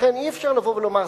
לכן אי-אפשר לבוא ולומר,